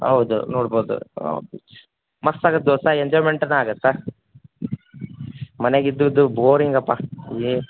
ಹೌದು ನೋಡ್ಬೋದು ಮಸ್ತು ಆಗತ್ತೆ ದೋಸ್ತ ಎಂಜಾಯ್ಮೆಂಟನು ಆಗತ್ತೆ ಮನೆಗೆ ಇದ್ದು ಇದ್ದು ಬೋರಿಂಗ್ ಅಪ್ಪ ಏ